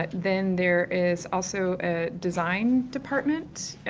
but then there is also a design department, ah,